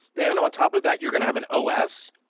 then, on top of that, you're going to have an os,